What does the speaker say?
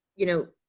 you know,